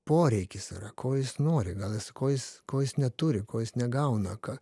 poreikis yra ko jis nori gal jis ko jis ko jis neturi ko jis negauna ką